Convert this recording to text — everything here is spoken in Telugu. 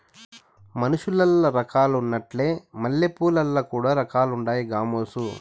మనుసులల్ల రకాలున్నట్లే మల్లెపూలల్ల కూడా రకాలుండాయి గామోసు